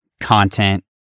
content